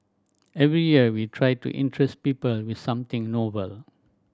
every year we try to interest people with something novel